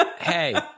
Hey